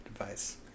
advice